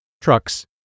Trucks